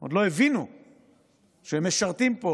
עוד לא הבינו שהם משרתים פה